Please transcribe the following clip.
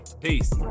Peace